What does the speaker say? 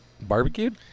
barbecued